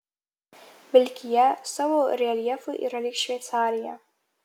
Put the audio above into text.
vilkija savo reljefu yra lyg šveicarija